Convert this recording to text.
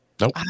Nope